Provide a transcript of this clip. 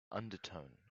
undertone